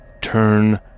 turn